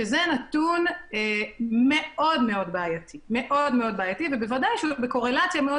שזה נתון מאוד בעייתי ובוודאי בקורלציה מאוד